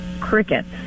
crickets